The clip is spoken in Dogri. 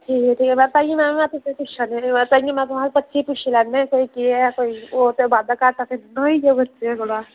ठीक ऐ ठीक ऐ भाई ताइयें में तुसेंगी पुच्छै निं आं ताइयें महां परतियै पुच्छी लैन्नी आं कोई केह् ऐ कोई होर ते बाद्धा घाटा ते नेईं ना होई गेआ